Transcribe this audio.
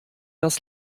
das